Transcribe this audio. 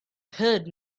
heard